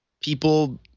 people –